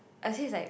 is like